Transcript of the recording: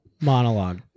monologue